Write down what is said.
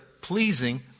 pleasing